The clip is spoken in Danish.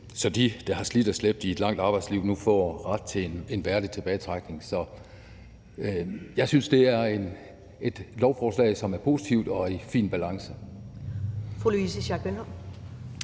så de, der har slidt og slæbt i et langt arbejdsliv, nu får ret til en værdig tilbagetrækning. Så jeg synes, det er et lovforslag, som er positivt og i fin balance.